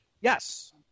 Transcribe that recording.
Yes